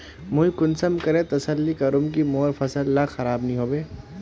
मुई कुंसम करे तसल्ली करूम की मोर फसल ला खराब नी होबे?